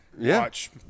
watch